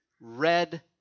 red